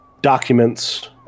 documents